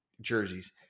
jerseys